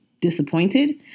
disappointed